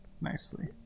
nicely